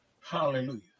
Hallelujah